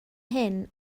hyn